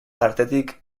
partetik